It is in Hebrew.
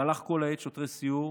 במהלך כל העת שוטרי סיור